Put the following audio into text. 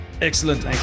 Excellent